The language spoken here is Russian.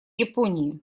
японии